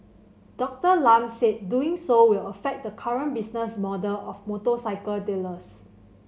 Doctor Lam said doing so will affect the current business model of motorcycle dealers